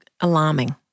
alarming